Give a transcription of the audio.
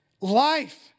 life